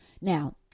Now